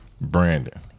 Brandon